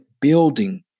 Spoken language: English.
building